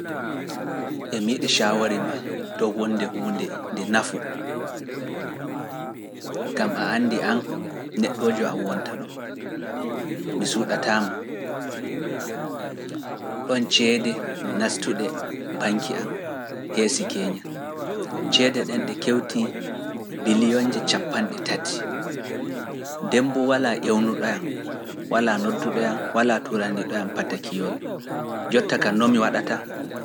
Emi yiɗi caawori ma dow wonde huunde nde nafu, gam a anndi an neɗɗojo am wonta ɗon, mi suuɗe tati, dembu walaa ƴewnuɗo yam, walaa nodduɗo yam, walaa turaniɗo yam pata kiyol, jotta ka noomi waɗata.